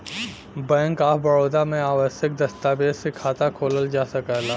bank of Baroda में आवश्यक दस्तावेज से खाता खोलल जा सकला